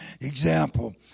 example